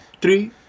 three